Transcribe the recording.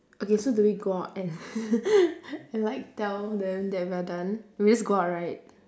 okay so do we go out and and like tell them that we are done we just go out right